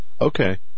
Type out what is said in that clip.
Okay